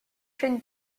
sean